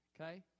Okay